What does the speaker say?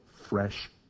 fresh